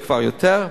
זה כבר יותר,